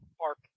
Park